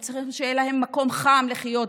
הם צריכים שיהיה להם מקום חם לחיות בו,